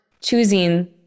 choosing